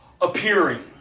appearing